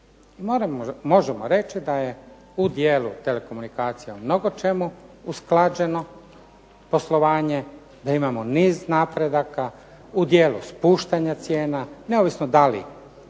Možemo reći da je u dijelu telekomunikacija mnogo čemu usklađeno poslovanje, da imamo niz napredaka, u dijelu spuštanja cijena neovisno da li